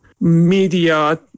Media